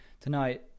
tonight